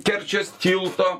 kerčės tilto